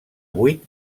vuit